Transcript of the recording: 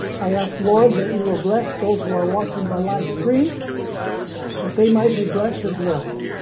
i asked lord that you will bless those who are watching by livestream that they might be blessed as well.